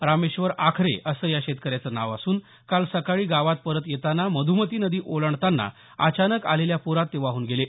रामेश्वर आखरे असं या शेतकऱ्याचं नाव असून काल सकाळी गावात परत येताना मध्मती नदी ओलांडताना अचानक आलेल्या प्रात ते वाहून गेले